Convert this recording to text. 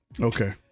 Okay